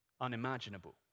unimaginable